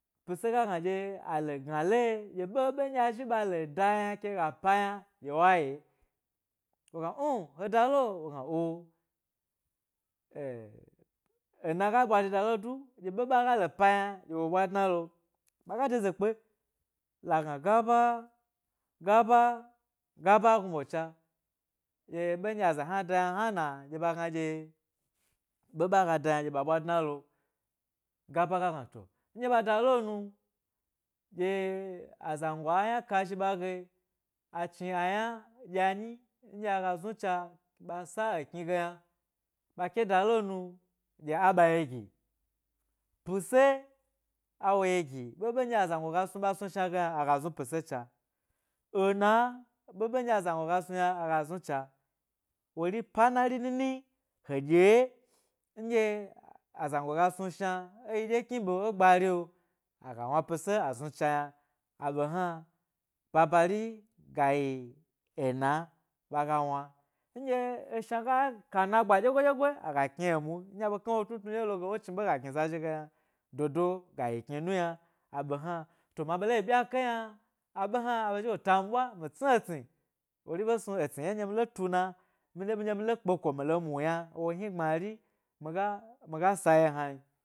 Pise ga gna ɗye ale gna le, ɗye ɓeɓe nɗye ɓe la da yna ke ga pa yna ɓye wa ye wo gna unm he dalo wogna oh eh ena ga bwa da dalo du dye ɓeɓe agale pa yna dye wo ɓwa dnaloo, ɓaga deze kpe ga gna gaba gaba gaba gnuɓo cha dye ɓe ndye aza yna da yna dye hna ɗye ɓagna ɗye ɓe ɓe aya da yna dye ɓa ɓwa dna lo, gaba ga gna to, nɗye ɓa do lo nu dye zango a yna ka zhi ɓa ge achni ayna ɗya nyi nɗya aga znucha ɓe sa ekni ge yna ɓa ke, dalo nu ɓye a ɓe ye gi pise awo ye gi ɓeɓe nɗye azango ga snu ɓa snu shna ge yna aga znu pise cha. Ena ɓeɓe nɗye azango ga snu yna aya znucha, wori panari nini ho dye nɗye azango ga snu shne eyi ɗye kni ɓe e gbari io aga wna pisse aznu cha yna, a be hna. Bababari yayi ena ɓaga wna, nɗye eshna ga ka na gba dyegoi dyegoi aga kni emu nɗye aɓe kna wo tnutnu lo wo chni be ga gni za zhige yna dodo gayi kni yna a ɓe hna, to ma ɓele yi byake yna aɓe hna aɓe zhi wo tan ɓwa, mi tsni etsni, wori ɓe snu etsni ɗye nɗye mi he tuna ndye mile kpeko mile mu yna miga sa ye hnan.